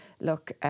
look